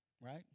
Right